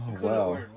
wow